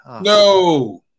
no